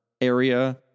area